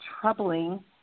troubling